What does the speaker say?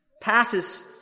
passes